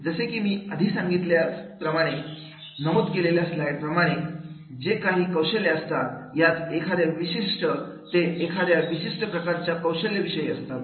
जसे की मी आधी पहिल्या स्लाइडमध्ये नमूद केल्याप्रमाणे जे काही कौशल्य असतात यात एखाद्या विशिष्ट ते एखाद्या विशिष्ट प्रकारचे कौशल्य विषयी असतात